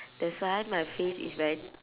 that's why my face is very